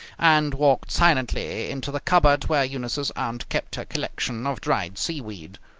and walked silently into the cupboard where eunice's aunt kept her collection of dried seaweed.